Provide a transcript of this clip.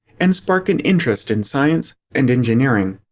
and spark an interest in science and engineering.